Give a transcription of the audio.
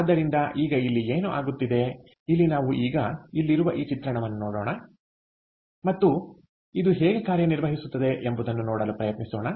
ಆದ್ದರಿಂದ ಈಗ ಇಲ್ಲಿ ಏನು ಆಗುತ್ತಿದೆ ಇಲ್ಲಿ ನಾವು ಈಗ ಇಲ್ಲಿರುವ ಈ ಚಿತ್ರವನ್ನು ನೋಡೋಣ ಮತ್ತು ಇದು ಹೇಗೆ ಕಾರ್ಯನಿರ್ವಹಿಸುತ್ತದೆ ಎಂಬುದನ್ನು ನೋಡಲು ಪ್ರಯತ್ನಿಸೋಣ